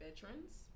veterans